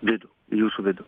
vidų į jūsų vidų